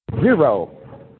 Zero